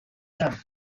战俘